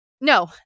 No